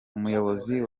umuyobozi